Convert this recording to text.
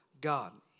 God